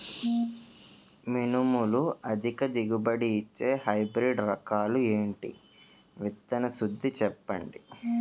మినుములు అధిక దిగుబడి ఇచ్చే హైబ్రిడ్ రకాలు ఏంటి? విత్తన శుద్ధి చెప్పండి?